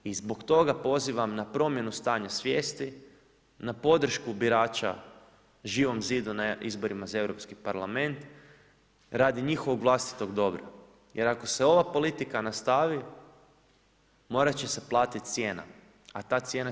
I zbog toga pozivam na promjenu stanja svijesti, na podršku birača Živom zidu na izborima za Europski parlament radi njihovog vlastitog dobra, jer ako se ova politika nastavi morat će se platiti cijena, a ta cijena će biti vrlo skupa.